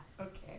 Okay